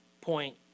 point